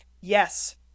yes